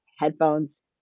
headphones